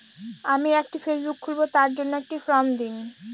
আমি একটি ফেসবুক খুলব তার জন্য একটি ফ্রম দিন?